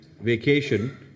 vacation